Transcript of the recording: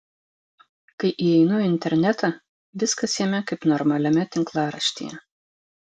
kai įeinu į internetą viskas jame kaip normaliame tinklaraštyje